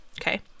Okay